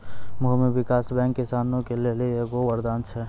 भूमी विकास बैंक किसानो के लेली एगो वरदान छै